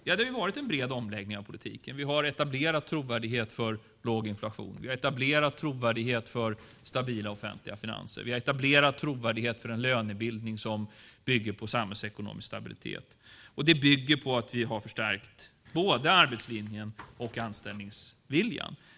Ja, det har varit en bred omläggning av politiken. Vi har etablerat en trovärdighet för låg inflation. Vi har etablerat en trovärdighet för stabila offentliga finanser. Vi har etablerat en trovärdighet för en lönebildning som bygger på samhällsekonomisk stabilitet. Detta bygger på att vi har förstärkt både arbetslinjen och anställningsviljan.